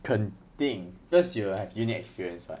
肯定 because you will have uni experience [what]